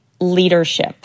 leadership